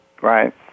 Right